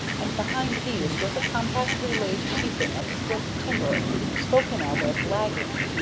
and behind these was a compactly laid sheathing of split timber spoken of as lagging.